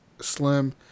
slim